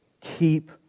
keep